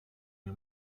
nie